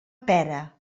pera